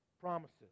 promises